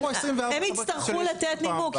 הם יצטרכו לתת נימוק,